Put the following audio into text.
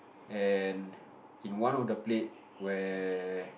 and in one of the plate where